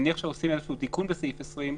נניח שעושים איזשהו תיקון בסעיף 20,